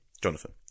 Jonathan